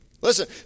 Listen